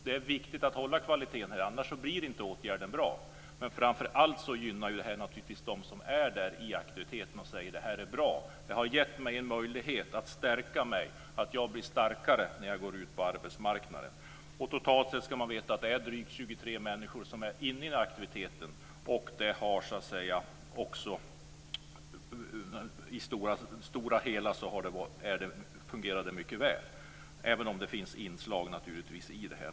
Det är viktigt att hålla kvaliteten, annars blir inte åtgärden bra. Men framför allt gynnar detta dem som deltar i aktiviteten och säger: Det här är bra, det har gett mig en möjlighet att bli starkare när jag går ut på arbetsmarknaden. Man ska veta att det totalt sett är drygt 23 000 människor som deltar i den här aktiviteten och i det stora hela fungerar det mycket väl, även om det finns tveksamma inslag.